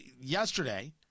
yesterday